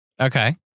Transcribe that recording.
Okay